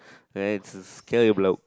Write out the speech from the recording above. ya he's a scary bloke